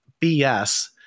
BS